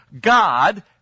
God